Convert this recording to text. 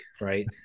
Right